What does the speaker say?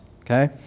Okay